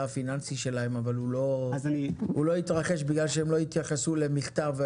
הפיננסי שלהם אבל הוא לא התרחש בגלל שהם לא התייחסו למכתב.